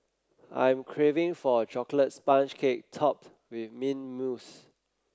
I am craving for a chocolate sponge cake topped with mint mousse